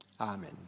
amen